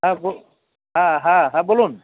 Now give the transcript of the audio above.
হ্যাঁ হ্যাঁ হ্যাঁ হ্যাঁ বলুন